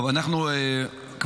חודש טוב.